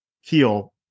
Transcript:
heal